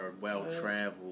well-traveled